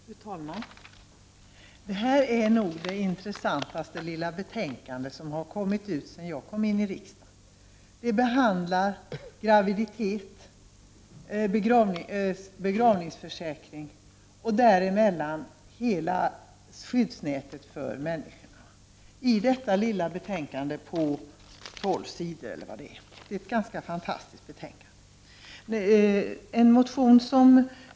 Fru talman! Det här är nog det intressantaste lilla betänkande som har kommit ut sedan jag kom in i riksdagen. Det behandlar graviditet, begravningsförsäkring och däremellan hela skyddsnätet för människorna — på nio sidor, och det är fantastiskt.